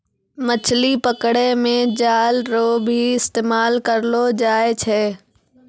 मछली पकड़ै मे जाल रो भी इस्तेमाल करलो जाय छै